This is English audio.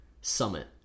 summit